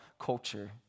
culture